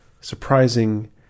surprising